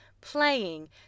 playing